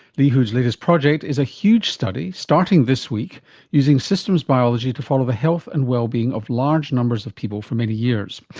lee hood's latest project is a huge study starting this week using systems biology to follow the health and well-being of large numbers of people for many years.